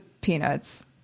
peanuts